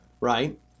right